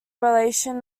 relation